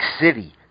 City